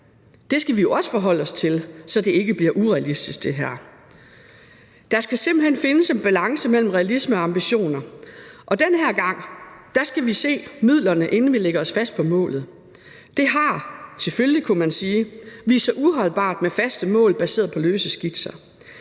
Det skal vi jo også forholde os til, så det her ikke bliver urealistisk. Kl. 17:45 Der skal simpelt hen findes en balance mellem realisme og ambitioner, og den her gang skal vi se midlerne, inden vi lægger os fast på målet. Det har selvfølgelig, kunne man sige, vist sig uholdbart med faste mål baseret på løse skitser.